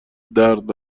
درد